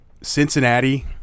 Cincinnati